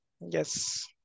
Yes